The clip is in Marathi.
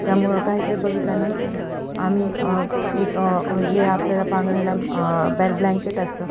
त्यामुळं काही काही बघितल्यानंतर आम्ही एक जे आपल्याला पांघरायला बॅ ब्लँकेट असतं